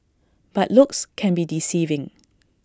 but looks can be deceiving